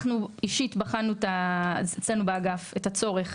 אנחנו, אישית, בחנו אצלנו באגף את הצורך.